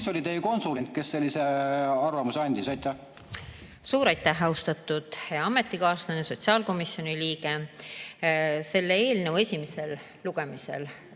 kes oli teie konsulent, kes sellise arvamuse andis? Suur aitäh, austatud ametikaaslane, sotsiaalkomisjoni liige! Selle eelnõu esimesel lugemisel